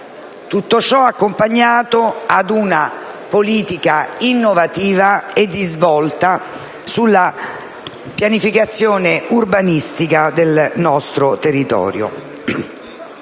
Tutto ciò accompagnato ad una politica innovativa e di svolta sulla pianificazione urbanistica del nostro territorio.